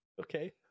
Okay